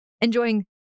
enjoying